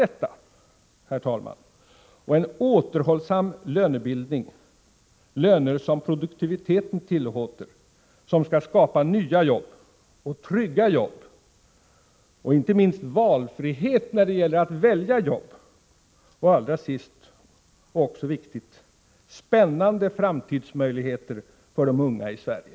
Det är allt detta och en återhållsam lönebildning — löner som produktiviteten tillåter — som skall skapa nya jobb och trygga jobb och, inte minst, valfrihet när det gäller att välja jobb och, allra sist men också viktigt, spännande framtidsmöjligheter för de unga i Sverige.